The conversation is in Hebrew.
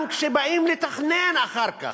גם כשבאים לתכנן, אחר כך,